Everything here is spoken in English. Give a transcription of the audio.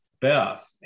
Beth